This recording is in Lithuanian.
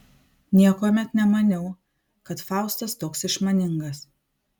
niekuomet nemaniau kad faustas toks išmaningas